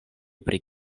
pri